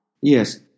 Yes